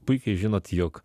puikiai žinot jog